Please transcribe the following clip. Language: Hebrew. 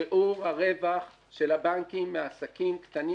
שיעור הרווח של הבנקים מעסקים קטנים